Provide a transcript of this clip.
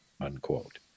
unquote